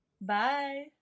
bye